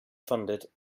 funded